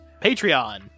Patreon